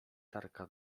tarka